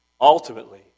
ultimately